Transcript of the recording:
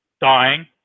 dying